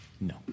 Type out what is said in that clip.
No